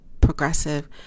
progressive